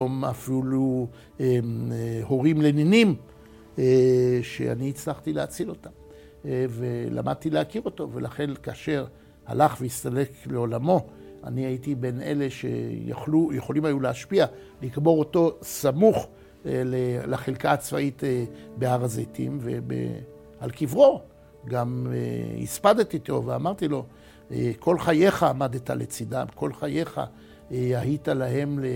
אפילו הורים לנינים שאני הצלחתי להציל אותם ולמדתי להכיר אותו. ולכן כאשר הלך והסתלק לעולמו אני הייתי בין אלה שיכולים היו להשפיע לקבור אותו סמוך לחלקה הצבאית בהר הזיתים. ועל קברו גם הספדתי אותו ואמרתי לו כל חייך עמדת לצדם. כל חייך היית להם